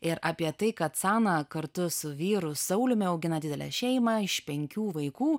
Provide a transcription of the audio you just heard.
ir apie tai kad sana kartu su vyru sauliumi augina didelę šeimą iš penkių vaikų